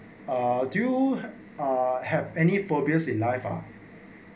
err do you have any phobias in life ah